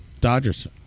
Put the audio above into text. Dodgers